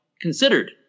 considered